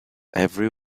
every